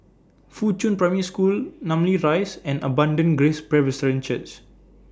Fuchun Primary School Namly Rise and Abundant Grace Presbyterian Church